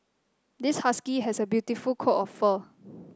this husky has a beautiful coat of fur